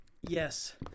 Yes